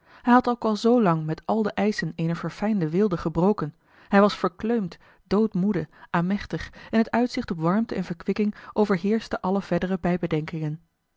hij had ook al zoolang met al de eischen eener verfijnde weelde gebroken hij was verkleumd doodmoede âemechtig en het uitzicht op warmte en verkwikking overheerschte alle verdere bijbedenkingen